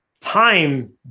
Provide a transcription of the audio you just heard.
time